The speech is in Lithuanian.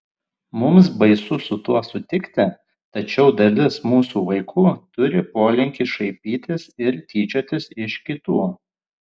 mums baisu su tuo sutikti tačiau dalis mūsų vaikų turi polinkį šaipytis ir tyčiotis iš kitų